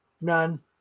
none